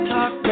Talk